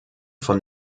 von